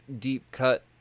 deep-cut